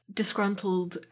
disgruntled